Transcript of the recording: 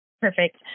Perfect